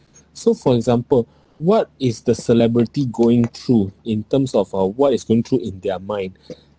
so for example what is the celebrity going through in terms of uh what is going through in their mind